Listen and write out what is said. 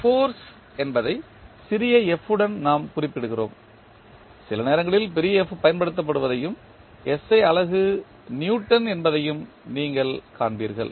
force என்பதை சிறிய f உடன் நாம் குறிப்பிடுகிறோம் சில நேரங்களில் பெரிய எஃப் பயன்படுத்தப்படுவதையும் SI அலகு நியூட்டன் என்பதையும் நீங்கள் காண்பீர்கள்